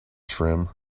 trim